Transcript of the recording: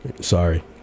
sorry